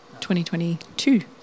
2022